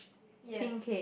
yes